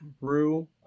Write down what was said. Rue